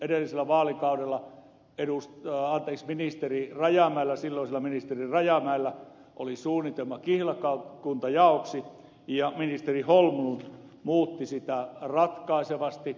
edellisellä vaalikaudella silloisella ministeri rajamäellä oli suunnitelma kihlakuntajaoksi mutta kun vaalikausi vaihtui niin ministeri holmlund muutti sitä ratkaisevasti